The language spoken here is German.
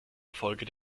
erfolge